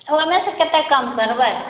फोने से कते कम करबै